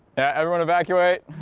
yeah everyone evacuate